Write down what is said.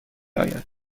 آید